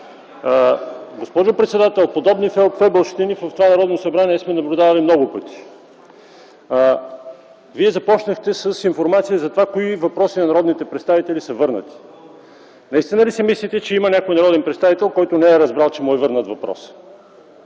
Госпожо председател, подобни фелдфебелщини сме наблюдавали много пъти в това Народно събрание. Вие започнахте с информация за това кои въпроси на народните представители са върнати. Наистина ли си мислите, че има някой народен представител, който не е разбрал, че му е върнат въпросът?